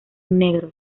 negros